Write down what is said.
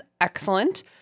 excellent